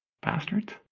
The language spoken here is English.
bastards